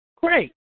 great